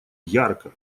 ярко